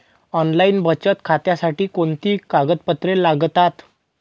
Online बचत खात्यासाठी कोणती कागदपत्रे लागतात?